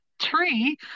tree